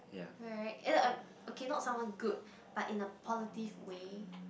correct eh no okay not someone good but in a positive way